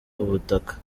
ubutaka